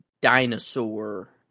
dinosaur